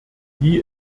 die